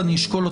שמתי